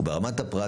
וברמת הפרט,